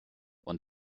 und